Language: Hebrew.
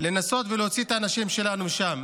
לנסות ולהוציא את האנשים שלנו משם.